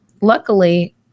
Luckily